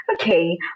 Okay